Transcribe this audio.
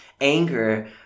anger